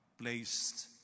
placed